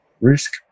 risk